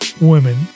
women